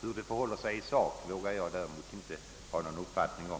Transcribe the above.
Hur det förhåller sig i sak vågar jag därför inte ha någon uppfattning om.